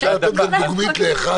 אפשר לתת גם דוגמית לאחד?